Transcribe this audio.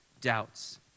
doubts